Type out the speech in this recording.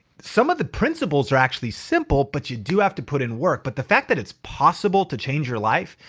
some of the principles are actually simple, but you do have to put in work. but the fact that it's possible to change your life,